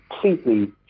completely